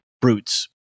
brutes